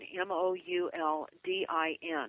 M-O-U-L-D-I-N